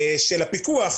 הפיקוח,